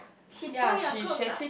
she pull your clothes up